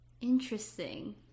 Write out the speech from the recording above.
Interesting